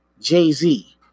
Jay-Z